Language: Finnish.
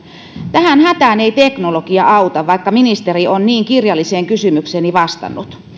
tähän hätään ei teknologia auta vaikka ministeri on niin kirjalliseen kysymykseeni vastannut